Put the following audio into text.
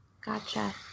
Gotcha